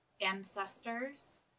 Ancestors